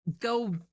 go